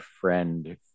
friend